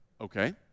Okay